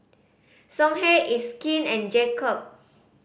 Songhe It's Skin and Jacob